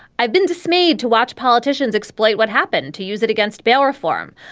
i've been dismayed to watch politicians exploit what happened, to use it against bail reform.